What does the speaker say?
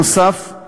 נוסף על כך,